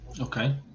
okay